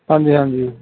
ਹਾਂਜੀ ਹਾਂਜੀ